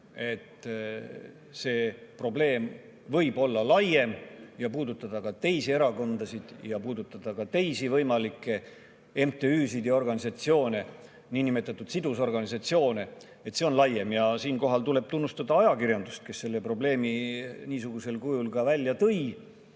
See probleem võib olla laiem ja puudutada ka teisi erakondasid, teisi MTÜ-sid ja organisatsioone, niinimetatud sidusorganisatsioone. See on laiem. Siinkohal tuleb tunnustada ajakirjandust, kes selle probleemi niisugusel kujul laiemalt